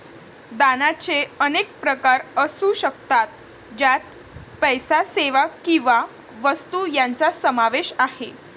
दानाचे अनेक प्रकार असू शकतात, ज्यात पैसा, सेवा किंवा वस्तू यांचा समावेश आहे